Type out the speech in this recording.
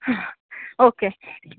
okay